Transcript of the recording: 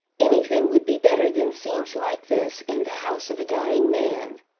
anything would be better than scenes like this in the house of a dying man.